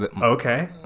Okay